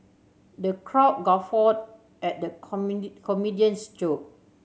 the crowd guffawed at the comedian's joke